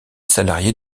salariés